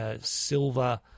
silver